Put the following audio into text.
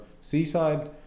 seaside